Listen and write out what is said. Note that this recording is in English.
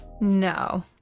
No